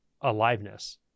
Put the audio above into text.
aliveness